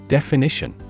Definition